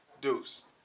Deuce